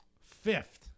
Fifth